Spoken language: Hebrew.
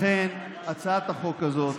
לכן, הצעת החוק הזו,